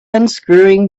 unscrewing